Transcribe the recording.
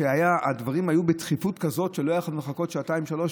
שהדברים היו בדחיפות כזאת שלא יכול לחכות שעתיים-שלוש,